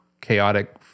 chaotic